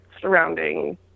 surrounding